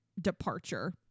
departure